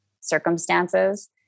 circumstances